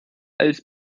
als